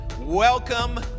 Welcome